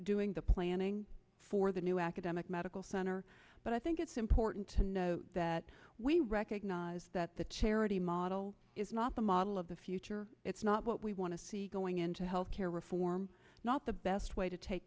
doing the planning for the new academic medical center but i think it's important to know that we recognize that the charity model is not the model of the future it's not what we want to see going into health care reform not the best way to take